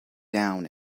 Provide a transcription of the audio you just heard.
down